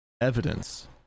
evidence